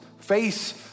face